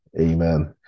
Amen